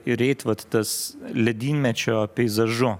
ir eit vat tas ledynmečio peizažu